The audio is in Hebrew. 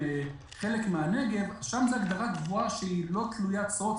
הם חלק מהנגב אז שם זאת הגדרה קבועה שלא תלויה בדירוג סוציו-אקונומי.